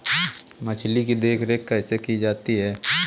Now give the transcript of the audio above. मछली की देखरेख कैसे की जाती है?